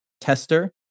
tester